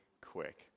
quick